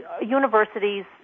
universities